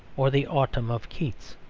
or the autumn of keats.